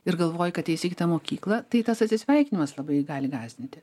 ir galvoji kad eisi į kitą mokyklą tai tas atsisveikinimas labai gali gąsdinti